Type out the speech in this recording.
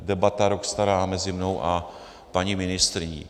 To je debata rok stará mezi mnou a paní ministryní.